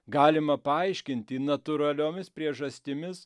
galima paaiškinti natūraliomis priežastimis